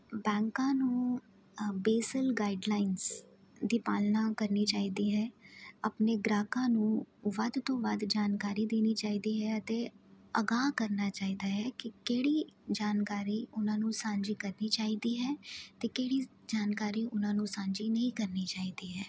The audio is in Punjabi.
ਬੈਂਕਾਂ ਨੂੰ ਬੇਸਲ ਗਾਈਡਲਾਈਨਜ ਦੀ ਪਾਲਣਾ ਕਰਨੀ ਚਾਹੀਦੀ ਹੈ ਆਪਣੇ ਗਰਾਕਾਂ ਨੂੰ ਵੱਧ ਤੋਂ ਵੱਧ ਜਾਣਕਾਰੀ ਦੇਣੀ ਚਾਹੀਦੀ ਹੈ ਅਤੇ ਅਗਾਹ ਕਰਨਾ ਚਾਹੀਦਾ ਹੈ ਕਿ ਕਿਹੜੀ ਜਾਣਕਾਰੀ ਉਹਨਾਂ ਨੂੰ ਸਾਂਝੀ ਕਰਨੀ ਚਾਹੀਦੀ ਹੈ ਅਤੇ ਕਿਹੜੀ ਜਾਣਕਾਰੀ ਉਹਨਾਂ ਨੂੰ ਸਾਂਝੀ ਨਹੀਂ ਕਰਨੀ ਚਾਹੀਦੀ ਹੈ